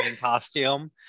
costume